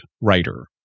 writer